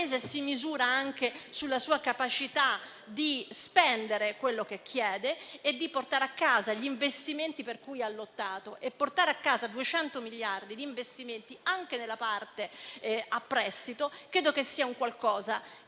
un Paese si misura anche sulla sua capacità di spendere quello che chiede e di portare a casa gli investimenti per cui ha lottato, e portare a casa 200 miliardi di investimenti, anche nella parte a prestito, è a mio avviso